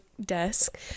desk